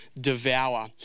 devour